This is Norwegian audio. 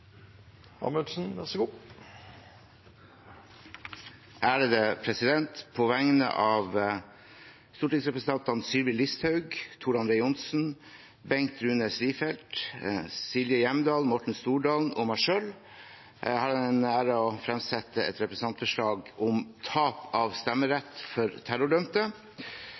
På vegne av stortingsrepresentantene Sylvi Listhaug, Tor André Johnsen, Bengt Rune Strifeldt, Silje Hjemdal, Morten Stordalen og meg selv har jeg æren av å framsette et representantforslag om tap av stemmerett for terrordømte.